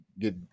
Get